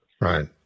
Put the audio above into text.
Right